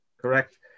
Correct